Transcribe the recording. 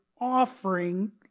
offering